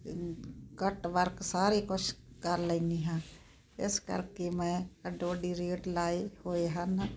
ਕਟ work ਸਾਰੇ ਕੁਛ ਕਰ ਲੈਨੀ ਹਾਂ ਇਸ ਕਰਕੇ ਮੈਂ ਅੱਡੋ ਅੱਡੀ ਰੇਟ ਲਾਏ ਹੋਏ ਹਨ